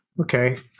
Okay